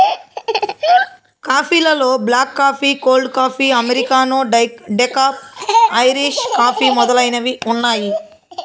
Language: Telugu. కాఫీ లలో black coffee, cold coffee, americano, decaf, Irish coffee మొదలైనవి ఉన్నాయి